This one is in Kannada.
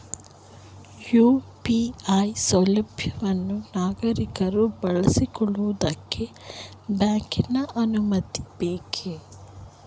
ಯು.ಪಿ.ಐ ಸೌಲಭ್ಯವನ್ನು ನಾಗರಿಕರು ಬಳಸಿಕೊಳ್ಳುವುದಕ್ಕೆ ಬ್ಯಾಂಕಿನ ಅನುಮತಿ ಬೇಕೇ?